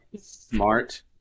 smart